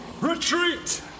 Retreat